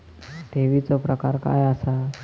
ठेवीचो प्रकार काय असा?